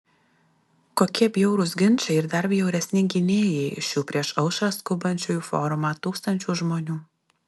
kokie bjaurūs ginčai ir dar bjauresni gynėjai šių prieš aušrą skubančių į forumą tūkstančių žmonių